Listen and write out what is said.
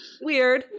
Weird